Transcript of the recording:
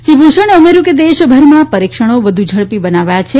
શ્રી ભૂષણે ઉમેયું કે દેશભરમાં પરિક્ષણો વધુ ઝડપી બનાવાયા છે